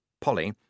Polly